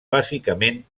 bàsicament